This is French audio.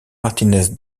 martinez